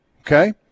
Okay